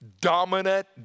dominant